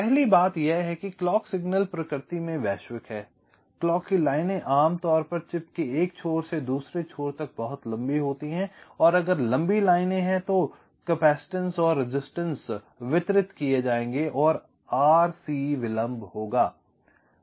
पहली बात यह है कि क्लॉक सिग्नल प्रकृति में वैश्विक है क्लॉक की लाइनें आमतौर पर चिप के एक छोर से दूसरे छोर तक बहुत लंबी होती हैंऔर अगर लंबी लाइनें हैं तो कैपेसिटेंस और प्रतिरोध वितरित किए जाएंगे और RC विलंब होगा